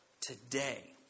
today